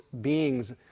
beings